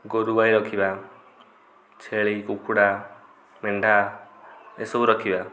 ଗୋରୁ ଗାଈ ରଖିବା ଛେଳି କୁକୁଡ଼ା ମେଣ୍ଢା ଏସବୁ ରଖିବା